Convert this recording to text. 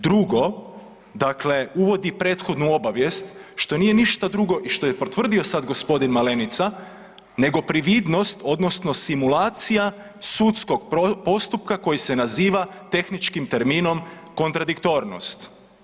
Drugo, dakle uvodi prethodnu obavijest što nije ništa drugo i što je potvrdio gospodin Malenica, nego prividnost odnosno simulacija sudskog postupka koji se naziva tehničkim terminom kontradiktornost.